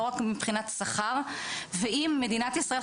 לא רק מבחינת שכר ואם מדינת ישראל,